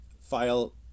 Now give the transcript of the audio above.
file